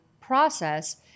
process